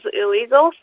illegal